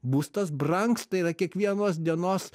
būstas brangsta yra kiekvienos dienos